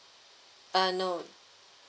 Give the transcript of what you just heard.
uh no